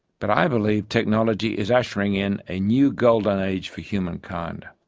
but i believe technology is ushering in a new golden age for humankind.